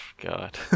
God